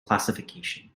classification